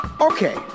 Okay